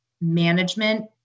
management